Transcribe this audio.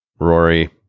Rory